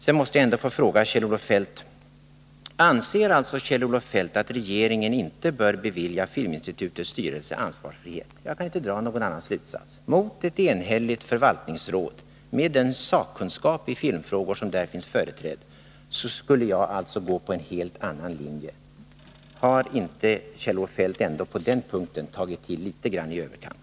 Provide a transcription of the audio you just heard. Sedan måste jag ändå få fråga Kjell-Olof Feldt: Anser alltså Kjell-Olof Feldt att regeringen inte bör bevilja Filminstitutets styrelse ansvarsfrihet? Jag kan inte dra någon annan slutsats. Mot ett enhälligt förvaltningsråd, med den sakkunskap i filmfrågor som där finns företrädd, skulle jag alltså följa en helt annan linje! Har inte Kjell-Olof Feldt ändå på den punkten tagit till litet grand i överkant?